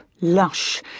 lush